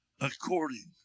according